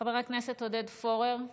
חבר הכנסת עודד פורר,